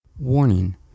Warning